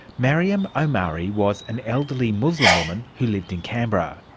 mariem omari was an elderly muslim woman who lived in canberra.